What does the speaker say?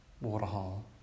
waterhole